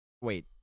Wait